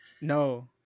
No